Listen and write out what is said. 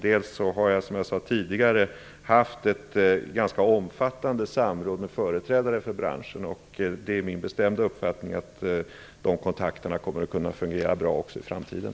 Dels har jag, som jag sade tidigare, haft ett ganska omfattande samråd med företrädare för branschen. Det är min bestämda uppfattning att de kontakterna kommer att kunna fungera bra också i framtiden.